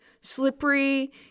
slippery